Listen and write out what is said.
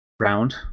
Round